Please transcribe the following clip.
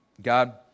God